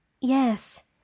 Yes